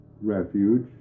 refuge